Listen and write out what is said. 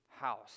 house